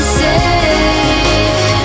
safe